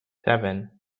seven